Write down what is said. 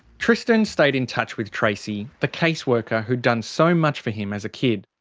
tristan stayed in touch with tracey the caseworker who'd done so much for him as a kid.